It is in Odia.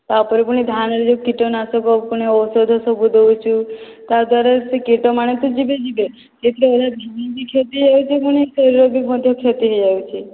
ତାପରେ ପୁଣି ଧାନରେ ଯେଉଁ କୀଟନାଶକ ଔଷଧ ସବୁ ଦେଉଛୁ ତା ଦ୍ୱାରା ସେ କୀଟ ମାନେ ତ ଯିବେ ଯିବେ କ୍ଷତି ହେଉଛି ଜମି ବି ମଧ୍ୟ କ୍ଷତି ହୋଇଯାଉଛି